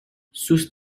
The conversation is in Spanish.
sus